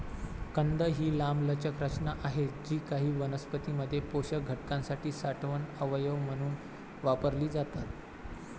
कंद ही लांबलचक रचना आहेत जी काही वनस्पतीं मध्ये पोषक घटकांसाठी साठवण अवयव म्हणून वापरली जातात